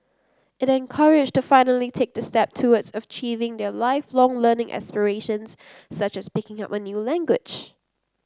it encouraged to finally take the step towards of achieving their Lifelong Learning aspirations such as picking up a new language